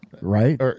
Right